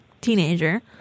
teenager